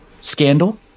scandal